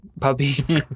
puppy